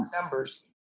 numbers